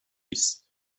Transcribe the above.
است